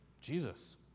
Jesus